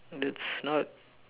that's not